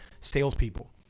salespeople